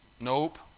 Nope